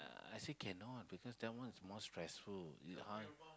I say cannot because that one is more stressful